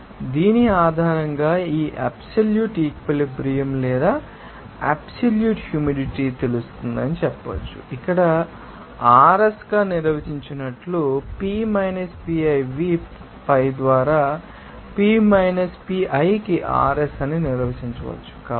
కాబట్టిదీని ఆధారంగా ఈ absolute equilibrium లేదా అబ్సల్యూట్ హ్యూమిడిటీ తెలుసు అని చెప్పవచ్చు ఇక్కడ RS గా నిర్వచించినట్లు P minus PiVపై ద్వారా p minus Pi కి RS అని నిర్వచించవచ్చు